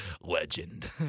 legend